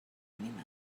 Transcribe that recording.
ànima